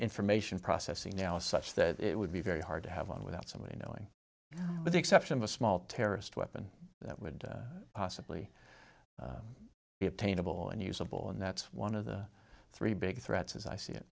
information processing now is such that it would be very hard to have one without somebody knowing with the exception of a small terrorist weapon that would possibly be obtainable and usable and that's one of the three big threats as i see it